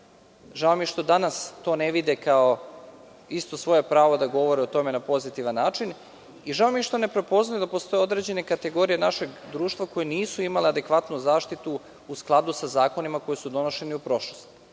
Žao mi je što danas to ne vide kao svoje pravo da govore o tome na pozitivan način i žao mi je što ne prepoznaju da postoje određene kategorije našeg društva koje nisu imale adekvatnu zaštitu u skladu sa zakonima koji su donošeni u prošlosti.